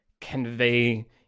convey